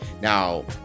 now